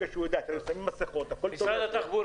תודה.